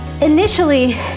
initially